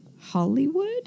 Hollywood